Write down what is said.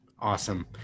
awesome